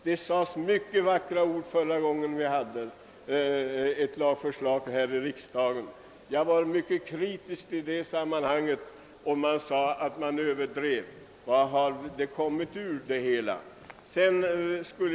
Det sades många vackra ord om den när vi förra gången här i riksdagen behandlade ett lagförslag på detta område. Jag var då mycket kritisk, och det sades att jag överdrev. Vad har kommit ut av det hela?